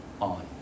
on